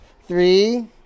Three